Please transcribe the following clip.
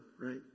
right